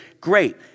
great